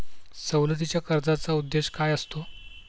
सवलतीच्या कर्जाचा उद्देश काय असतो?